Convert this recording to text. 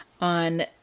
on